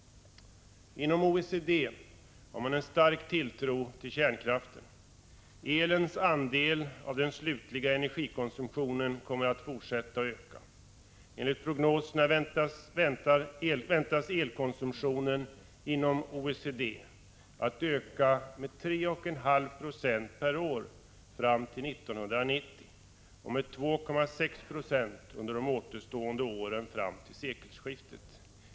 Inom OECD har man en stark tilltro till kärnkraften. Elens andel av den slutliga energikonsumtionen kommer att fortsätta att öka. Enligt prognoserna väntas elkonsumtionen inom OECD öka med 3,5 2 per år fram till år 1990 och med 2,6 26 under de återstående åren fram till sekelskiftet.